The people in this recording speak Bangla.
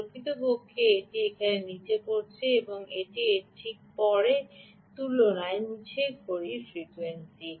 প্রকৃতপক্ষে এটি এখানে নিচে পড়েছে এবং এটি ঠিক এর পরে এবং এর তুলনায় নীচের ঘড়ির ফ্রিকোয়েন্সি